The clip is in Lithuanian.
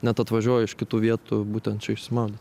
net atvažiuoja iš kitų vietų būtent čia išsimaudyt